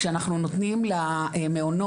כשאנחנו נותנים למעונות,